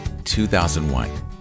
2001